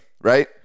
right